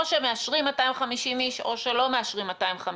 או שמאשרים 250 איש או שלא מאשרים 250 איש.